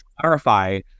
clarify